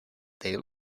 they